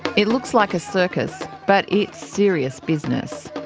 it looks like a circus but it's serious business.